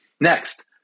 Next